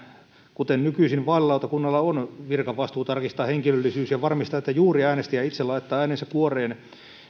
kuten nykyisin vaalilautakunnalla on virkavastuu tarkistaa henkilöllisyys ja varmistaa että juuri äänestäjä itse laittaa äänensä kuoreen